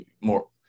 more